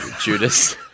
Judas